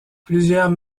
plusieurs